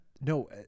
No